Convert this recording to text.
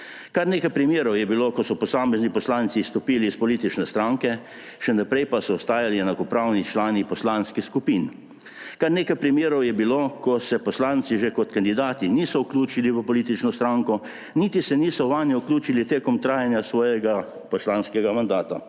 Kar nekaj primerov je bilo, ko so posamezni poslanci izstopili iz politične stranke, še naprej pa so ostajali enakopravni člani poslanskih skupin. Kar nekaj primerov je bilo, ko se poslanci že kot kandidati niso vključili v politično stranko, niti se niso vanjo vključili tekom trajanja svojega poslanskega mandata.